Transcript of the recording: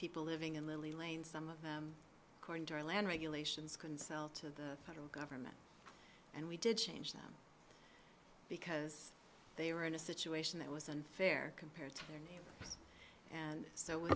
people living in little elaine some of them according to our land regulations couldn't sell to the federal government and we did change them because they were in a situation that was unfair compared to their need and so we